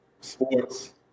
sports